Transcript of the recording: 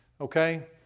okay